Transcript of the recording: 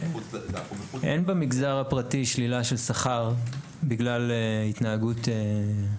אין במגזר הפרטי שלילת שכר בגלל התנהגות לא הולמת.